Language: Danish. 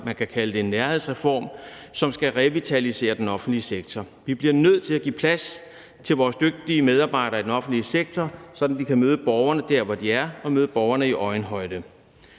man kan kalde det nærhedsreform, som skal revitalisere den offentlige sektor. Vi bliver nødt til at give plads til vores dygtige medarbejdere i den offentlige sektor, sådan at vi kan møde borgerne der, hvor de er, og møde borgerne i øjenhøjde.